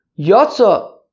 Yotzah